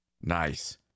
Nice